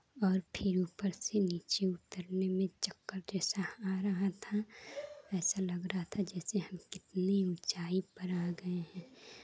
और फिर ऊपर से नीचे उतरने में चक्कर जैसा आ रहा था ऐसा लग रहा था जैसे हम कितनी ऊंचाई पर आ गए हैं